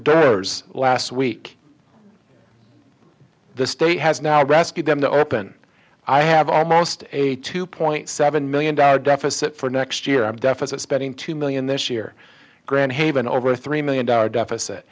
doors last week the state has now rescued them to open i have almost a two point seven million dollar deficit for next year i'm deficit spending two million this year grand haven over three million dollars deficit